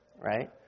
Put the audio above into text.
right